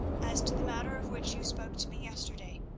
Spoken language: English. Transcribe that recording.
as to the matter of which you spoke to me yesterday,